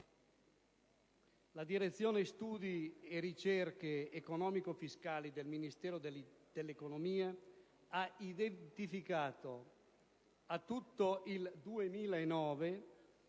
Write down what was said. La direzione studi e ricerche economico-fiscali del Ministero dell'economia ha identificato, a tutto il 2009,